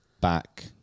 back